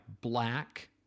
black